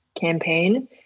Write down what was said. campaign